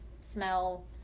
smell